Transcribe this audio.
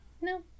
No